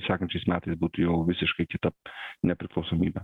sekančiais metais būtų jau visiškai kita nepriklausomybė